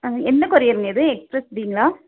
ஆ என்ன கொரியருங்க இது எக்ஸ்ப்ரஸ்டிங்களா